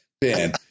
Ben